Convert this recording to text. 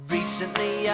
Recently